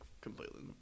completely